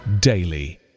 daily